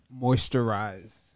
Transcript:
moisturize